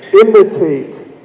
imitate